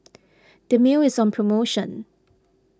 Dermale is on promotion